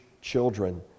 children